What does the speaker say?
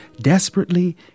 desperately